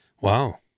Wow